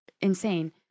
insane